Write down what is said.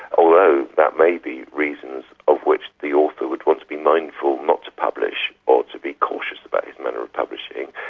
although that may be reasons of which the author would want to be mindful not to publish or to be cautious about his manner of publishing,